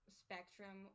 spectrum